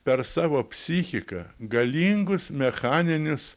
per savo psichiką galingus mechaninius